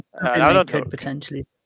potentially